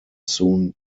soon